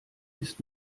ist